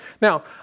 Now